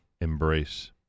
embrace